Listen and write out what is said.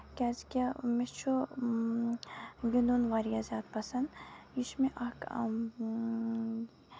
کیازِ کہِ مےٚ چھُ گِندُن واریاہ زیادٕ پَسند یہِ چھُ مےٚ اکھ